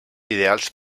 ideals